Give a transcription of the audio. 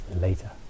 later